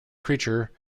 creature